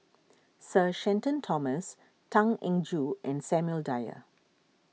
Sir Shenton Thomas Tan Eng Joo and Samuel Dyer